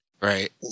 right